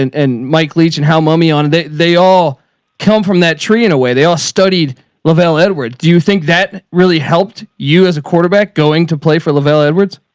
and, and mike leach and how money on it. they all come from that tree in a way they all studied lavelle. edward, do you think that really helped you as a quarterback going to play for lavella edwards?